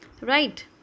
Right